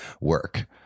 work